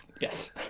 yes